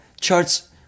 charts